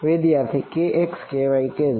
વિદ્યાર્થી k x k y k z